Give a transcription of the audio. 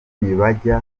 ntibajya